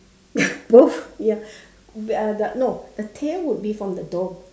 both ya uh the no the tail would be from the dog